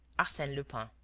arsene lupin.